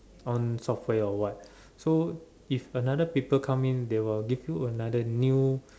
own software or what so if another people come in they will give you another new